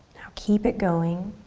now keep it going.